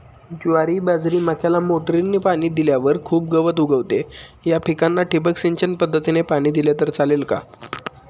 ज्वारी, बाजरी, मक्याला मोटरीने पाणी दिल्यावर खूप गवत उगवते, या पिकांना ठिबक सिंचन पद्धतीने पाणी दिले तर चालेल का?